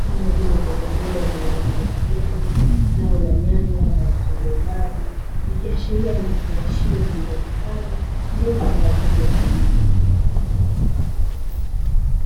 kama vile mbogamboga zenye rangi ya kijani, zao la nyanya, na vitunguu maji, vikiashiria ni vifungashio vilivyohifadhi mbegu kwa ajili ya kilimo.